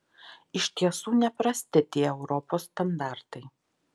iš tiesų neprasti tie europos standartai